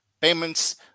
payments